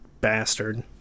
bastard